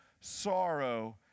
sorrow